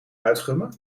uitgummen